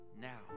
now